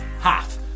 half